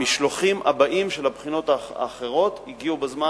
המשלוחים הבאים של הבחינות האחרות הגיעו בזמן,